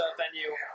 venue